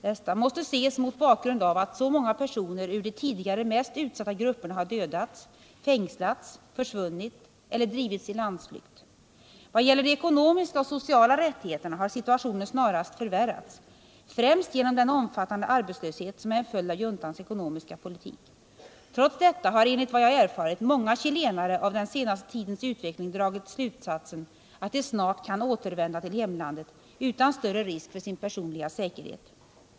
Detta måste ses mot bakgrund av att så många personer ur de tidigare mest utsatta grupperna har dödats, fängslats, försvunnit eller drivits i landsflykt. Vad gäller de ekonomiska och sociala rättigheterna har situationen snarast förvärrats, främst genom den omfattande arbetslösheten som är en följd av juntans ekonomiska politik. Trots detta har enligt vad jag erfarit många chilenare av den senaste tidens utveckling dragit slutsatsen att de snart kan återvända till hemlandet utan större risk för sin personliga säkerhet.